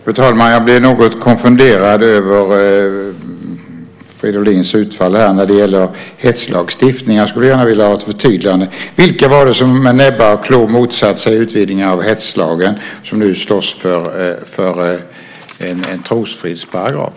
Fru talman! Jag blir något konfunderad över Fridolins utfall när det gäller hetslagstiftning och skulle gärna vilja ha ett förtydligande. Vilka var det som med näbbar och klor motsatte sig utvidgningen av hetslagen och som nu slåss för en trosfridsparagraf?